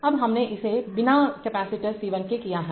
अब हमने इसे बिना कैपेसिटर C1 के किया है